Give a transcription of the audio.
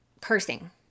cursing